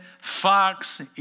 Fox